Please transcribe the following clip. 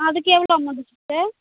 அதுக்கு எவ்வளோ amount sister